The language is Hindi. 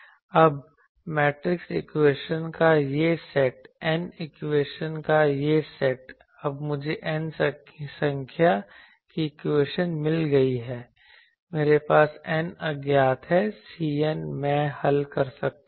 अब मैट्रिक्स इक्वेशन का यह सेट n इक्वेशन का यह सेट अब मुझे n संख्या की इक्वेशन मिल गई है मेरे पास n अज्ञात है Cn मैं हल कर सकता हूं